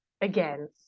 again